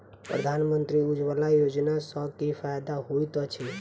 प्रधानमंत्री उज्जवला योजना सँ की फायदा होइत अछि?